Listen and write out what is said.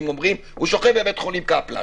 אומרים הוא שוכב בבית חולים קפלן